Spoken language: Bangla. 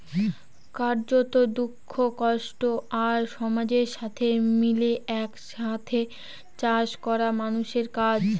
কার্যত, দুঃখ, কষ্ট আর সমাজের সাথে মিলে এক সাথে চাষ করা মানুষের কাজ